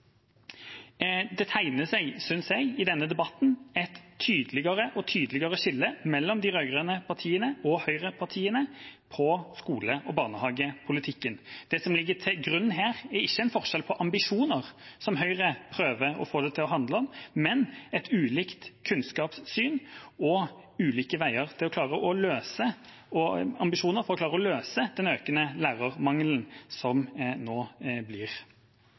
Det tegner seg, synes jeg, i denne debatten et tydeligere og tydeligere skille mellom de rød-grønne partiene og høyrepartiene når det gjelder skole- og barnehagepolitikken. Det som ligger til grunn her, er ikke en forskjell i ambisjoner, som Høyre prøver å få det til å handle om, men et ulikt kunnskapssyn og ulike veier til og ambisjoner for å klare å løse den økende lærermangelen, som bare blir